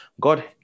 God